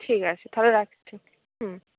ঠিক আছে তাহলে রাখছি হুম